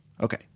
Okay